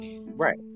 Right